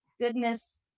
goodness